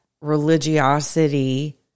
religiosity